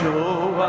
Show